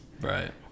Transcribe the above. Right